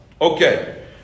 Okay